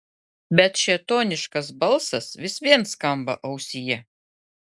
bet šėtoniškas balsas vis vien skamba ausyje